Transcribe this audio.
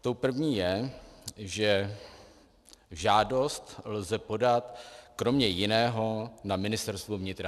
Tou první je, že žádost lze podat kromě jiného na Ministerstvo vnitra.